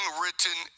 written